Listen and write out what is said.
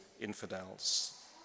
infidels